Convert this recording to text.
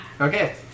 Okay